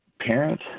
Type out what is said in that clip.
parent